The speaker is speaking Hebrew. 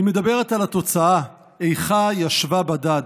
היא מדברת על התוצאה, "איכה ישבה בדד".